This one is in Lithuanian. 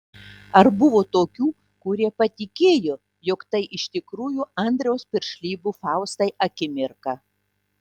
ar buvo tokių kurie patikėjo jog tai iš tikrųjų andriaus piršlybų faustai akimirka